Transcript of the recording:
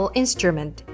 instrument